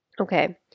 Okay